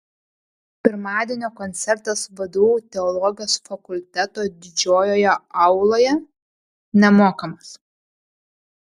pirmadienio koncertas vdu teologijos fakulteto didžiojoje auloje nemokamas